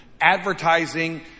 advertising